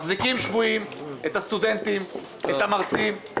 מחזיקים שבויים את הסטודנטים, את המרצים.